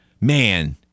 man